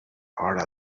are